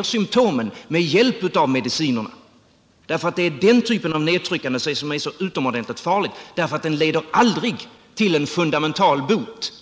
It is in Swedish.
och symtomen med hjälp av medicinerna. Det är den typen av nedtryckande som är så utomordentligt farlig, därför att den aldrig leder till en fundamental bot.